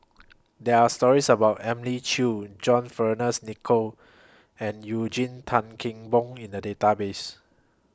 There Are stories about Elim Chew John Fearns Nicoll and Eugene Tan Kheng Boon in The Database